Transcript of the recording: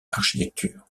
architecture